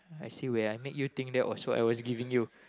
I see where I make you think that was what I was giving you